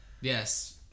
Yes